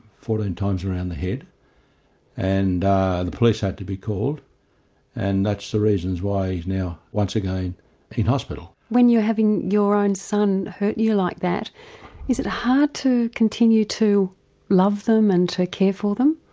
fourteen times around the head and the police had to be called and that's the reasons why he's now once again in hospital. when you're having your own son hurt you like that is it hard to continue to love them and to care for them?